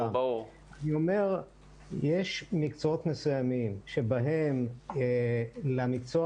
אני אומר שיש מקצועות מסוימים שבהם למקצוע